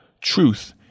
truth